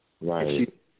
Right